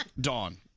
Dawn